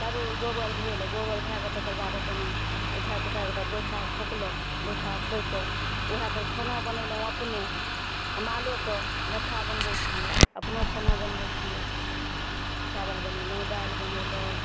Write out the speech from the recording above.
तब गोबर भेल गोबर धए कऽ तकरबाद अपन उठापुठा कऽ गोइठा ठोकलहुॅं गोइठा ठोकि कऽ उहएपर खाना बनेलहुॅं अपनो आ मालोके घट्ठा बनबै छियै अपनो खाना बनबै छियै चाबल बनेलहुॅं दालि बनेलहुॅं